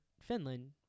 Finland